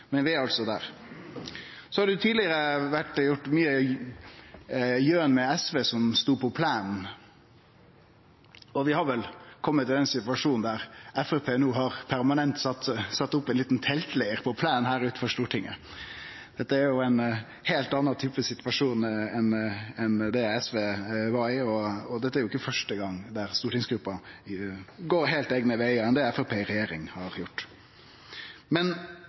Men vi er altså der. Det har tidlegare vorte drive mykje gjøn med SV som stod på plenen, og vi har vel kome i den situasjonen no der Framstegspartiet permanent har sett opp ein liten teltleir på plenen her utanfor Stortinget. Dette er ein heilt annan type situasjon enn han SV var i, og dette er jo ikkje første gong at stortingsgruppa går heilt eigne vegar i forhold til Framstegspartiet i regjering. Men